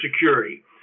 security